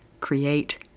create